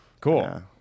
Cool